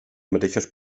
mateixes